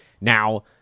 now